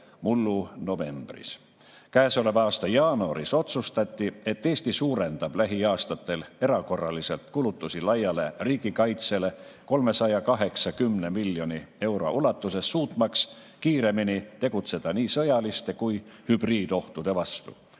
mullu novembris. Käesoleva aasta jaanuaris otsustati, et Eesti suurendab lähiaastatel erakorraliselt kulutusi laiale riigikaitsele 380 miljoni euro ulatuses, suutmaks kiiremini tegutseda nii sõjaliste kui ka hübriidohtude vastu.